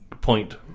point